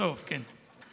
בסוף, כן.